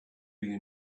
you